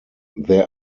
there